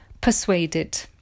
persuaded